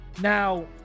now